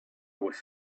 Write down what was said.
was